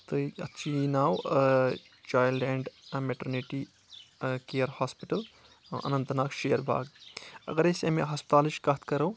تہٕ اتھ چھُ یہِ ناو child and maternity care hospital Anantnag Sher Bagh اگر أسۍ امہِ ہسپتالٕچ کتھ کرو